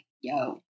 yo